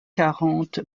quarante